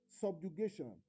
subjugation